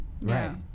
right